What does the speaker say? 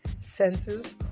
senses